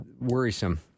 worrisome